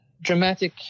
dramatic